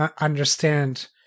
understand